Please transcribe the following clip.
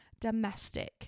domestic